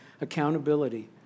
accountability